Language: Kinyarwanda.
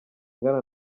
ingana